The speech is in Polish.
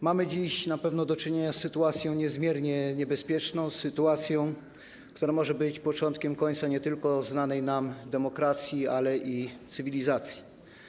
Mamy dziś na pewno do czynienia z sytuacją niezmiernie niebezpieczną, z sytuacją, która może być początkiem końca nie tylko znanej nam demokracji, ale i cywilizacji.